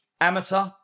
amateur